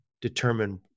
determine